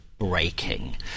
breaking